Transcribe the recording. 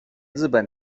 日本